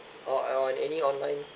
or I want any online